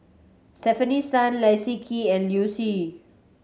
Stefanie Sun Leslie Kee and Liu Si